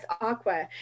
Aqua